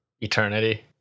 eternity